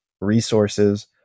resources